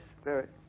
Spirit